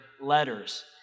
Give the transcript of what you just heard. letters